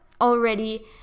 already